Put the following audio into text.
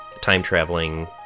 time-traveling